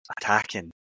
attacking